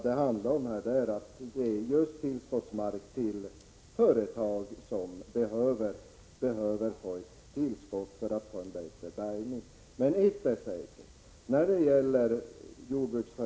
Det handlar i stället om att de företag som behöver tillskottsmark för att få en bättre bärgning skall få det.